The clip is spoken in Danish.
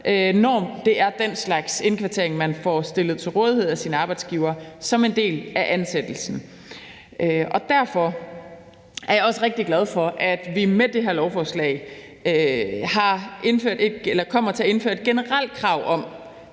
det er den slags indkvartering, man får stillet til rådighed af sin arbejdsgiver som en del af ansættelsen. Derfor er jeg også rigtig glad for, at vi med det her lovforslag kommer til at indføre et generelt krav om,